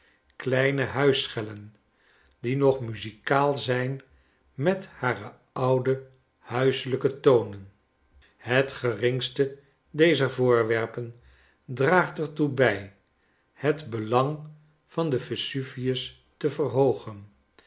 kleine huisschellen die nog muzikaal zijn met harfe oude huiselijke tonen het geringste dezer voorwerpen draagt er toe bij het belang van den vesuvius te verhoogen